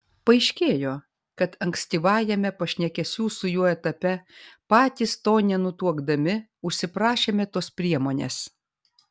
paaiškėjo kad ankstyvajame pašnekesių su juo etape patys to nenutuokdami užsiprašėme tos priemonės